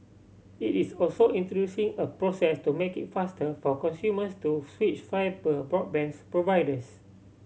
it is also introducing a process to make it faster for consumers to switch fibre broadband providers